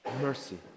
mercy